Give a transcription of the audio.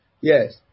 Yes